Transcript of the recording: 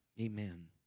Amen